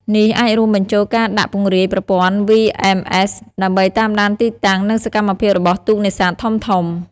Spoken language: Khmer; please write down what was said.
នេះអាចរួមបញ្ចូលការដាក់ពង្រាយប្រព័ន្ធ VMS ដើម្បីតាមដានទីតាំង និងសកម្មភាពរបស់ទូកនេសាទធំៗ។